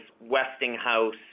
Westinghouse